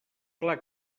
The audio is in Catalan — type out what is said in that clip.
clar